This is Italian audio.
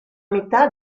metà